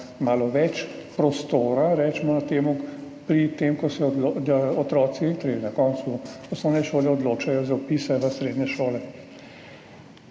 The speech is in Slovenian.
malo več prostora, recimo temu, pri tem, ko se otroci na koncu osnovne šole odločajo za vpise v srednje šole.